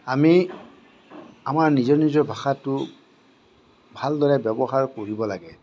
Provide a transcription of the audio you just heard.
আমি আমাৰ নিজৰ নিজৰ ভাষাটো ভালদৰে ব্য়ৱহাৰ কৰিব লাগে